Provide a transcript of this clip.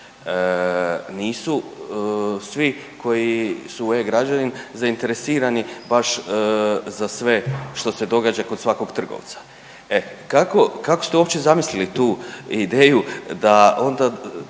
nisu svi koji su u e-Građanin zainteresirani baš za sve što se događa kod svakog trgovca. E kako ste uopće zamislili tu ideju da onda